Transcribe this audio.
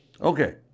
Okay